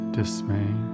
dismay